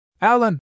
Alan